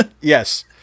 yes